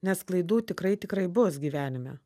nes klaidų tikrai tikrai bus gyvenime